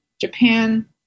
Japan